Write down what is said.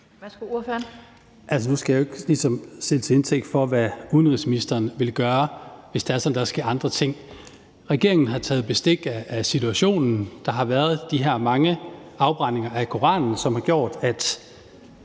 nu skal jeg ikke ligesom tages til indtægt for, hvad udenrigsministeren vil gøre, hvis det er sådan, at der sker andre ting. Regeringen har taget bestik af situationen. Der har været de her mange afbrændinger af Koranen, som har gjort, at